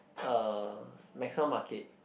uh Maxwell market